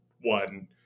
one